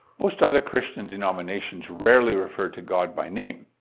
most other christian denominations rarely refer to god by name,